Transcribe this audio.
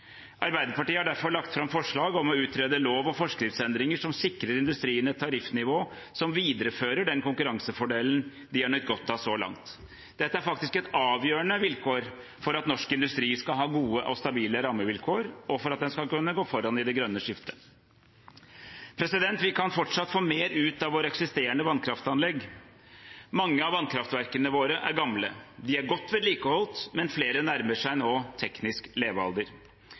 Arbeiderpartiet har derfor lagt fram forslag om å utrede lov- og forskriftsendringer som sikrer industrien et tariffnivå som viderefører den konkurransefordelen vi har nytt godt av så langt. Dette er faktisk et avgjørende vilkår for at norsk industri skal ha gode og stabile rammevilkår, og for at en skal kunne gå foran i det grønne skiftet. Vi kan fortsatt få mer ut av våre eksisterende vannkraftanlegg. Mange av vannkraftverkene våre er gamle. De er godt vedlikeholdt, men flere nærmer seg nå teknisk levealder.